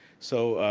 so,